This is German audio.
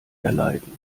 erleiden